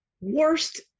worst